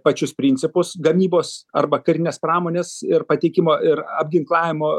pačius principus gamybos arba karinės pramonės ir pateikimo ir apginklavimo